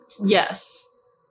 Yes